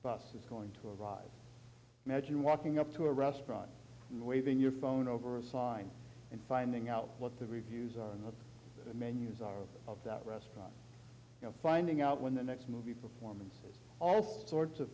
bus is going to arrive imagine walking up to a restaurant and waving your phone over a sign and finding out what the reviews are in the menus all of that restaurant finding out when the next movie performance all sorts of